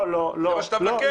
זה מה שאתה מבקש.